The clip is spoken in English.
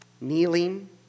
kneeling